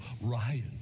ryan